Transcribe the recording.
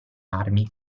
armi